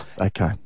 Okay